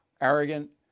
arrogant